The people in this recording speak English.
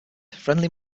friendly